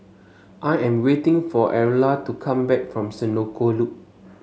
I am waiting for Erla to come back from Senoko Loop